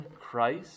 Christ